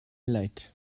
late